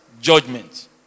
judgment